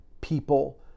people